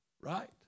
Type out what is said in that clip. Right